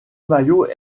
maillot